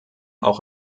auch